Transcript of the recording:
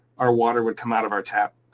our water would come out of our tap